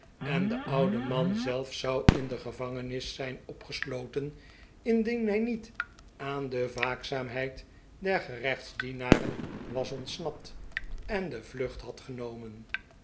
en de oude man zelf zou in de gevangenis zijn opgesloten indien hij niet aan de waakzaamheid der gerechtsdienaren was ontsnapt en de vlucht had genomen